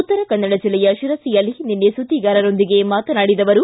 ಉತ್ತರಕನ್ನಡ ಜಿಲ್ಲೆಯ ಶಿರಸಿಯಲ್ಲಿ ನಿನ್ನೆ ಸುದ್ದಿಗಾರರೊಂದಿಗೆ ಮಾತನಾಡಿದ ಅವರು